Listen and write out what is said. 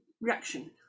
reaction